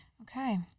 Okay